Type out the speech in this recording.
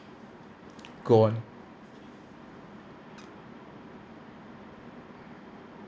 go on